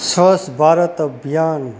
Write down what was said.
સ્વચ્છ ભારત અભિયાન